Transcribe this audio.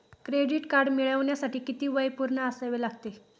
Credit card मिळवण्यासाठी किती वय पूर्ण असावे लागते?